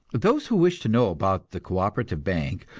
those who wish to know about the co-operative bank,